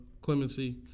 clemency